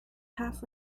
half